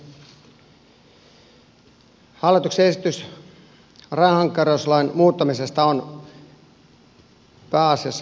hallituksen esitys rahankeräyslain muuttamisesta on pääasiassa hyvä asia